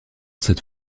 cette